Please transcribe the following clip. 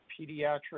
pediatric